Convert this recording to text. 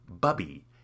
Bubby